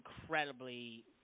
incredibly